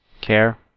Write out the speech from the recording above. care